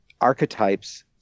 archetypes